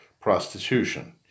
prostitution